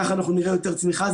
כך נראה יותר צמיחה.